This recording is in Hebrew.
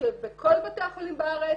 שבכל בתי החולים בארץ